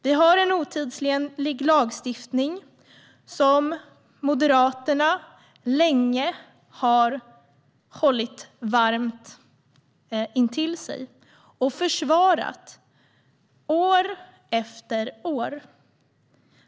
Vi har en otidsenlig lagstiftning som Moderaterna länge har hållit varmt intill sig och försvarat år efter år.